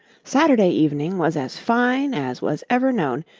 saturday evening was as fine as was ever known,